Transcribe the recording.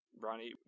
Ronnie